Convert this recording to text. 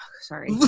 Sorry